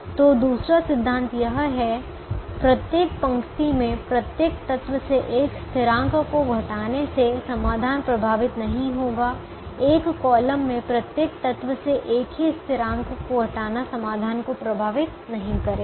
तो दूसरा सिद्धांत यह है पंक्ति में प्रत्येक तत्व से एक स्थिरांक को घटाने से समाधान प्रभावित नहीं होगा एक कॉलम में प्रत्येक तत्व से एक ही स्थिरांक को घटाना समाधान को प्रभावित नहीं करेगा